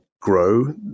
grow